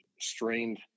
strained